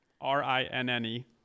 R-I-N-N-E